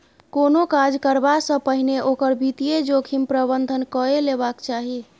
कोनो काज करबासँ पहिने ओकर वित्तीय जोखिम प्रबंधन कए लेबाक चाही